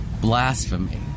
Blasphemy